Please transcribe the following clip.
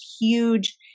huge